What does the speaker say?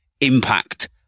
impact